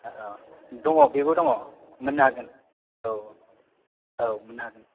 औ दङ बेबो दङ मोननो हागोन औ औ मोननो हागोन